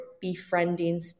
befriending